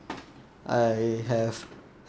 I have